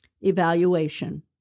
Evaluation